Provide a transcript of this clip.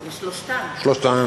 לשלושתן.